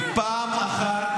אם פעם אני